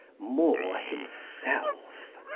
more himself.